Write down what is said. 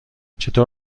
چطور